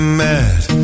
mad